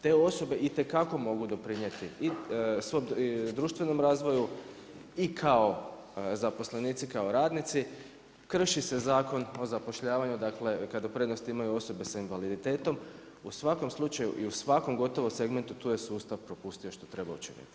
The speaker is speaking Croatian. Te osobe itekako mogu doprinijeti i društvenom razvoju i kao zaposlenici, kao radnici, krši se zakon o zapošljavanju, kada prednost imaju osobe s invaliditetom u svakom slučaju i u svakom gotovo segmentu, tu je sustav propustio što je trebao učiniti.